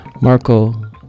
Marco